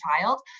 child